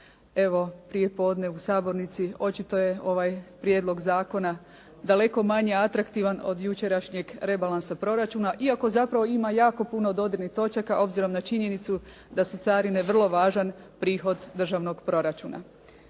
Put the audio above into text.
evo prijepodne u sabornici očito je ovaj prijedlog zakona daleko manje atraktivan od jučerašnjeg rebalansa proračuna, iako zapravo ima jako puno dodirnih točaka obzirom na činjenicu da su carine vrlo važan prihod državnog proračuna.